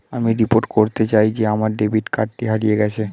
আমি রিপোর্ট করতে চাই যে আমার ডেবিট কার্ডটি হারিয়ে গেছে